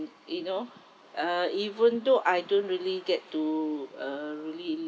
you know uh even though I don't really get to uh really uh